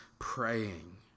praying